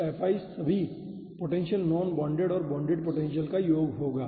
तो Fi सभी potential non bonded और बोंडेड पोटेंशियल का योग होगा